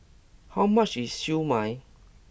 how much is Siew Mai